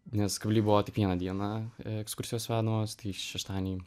nes kably buvo tik vieną dieną ekskursijos vedamos tai šeštadienį